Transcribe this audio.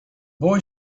boy